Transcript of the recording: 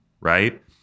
right